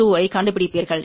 2 ஐக் கண்டுபிடிப்பீர்கள்